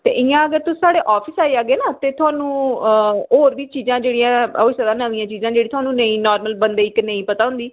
ते इ'यां अगर तुस साढ़े आफिस आई जाह्गे नां ते थुआनू होर बी चीजां जेह्ड़ियां होई सकदा नमियां चीजां जेह्ड़ी थोआनू नेईं नार्मल बंदे गी नेईं पता होंदी